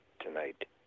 tonight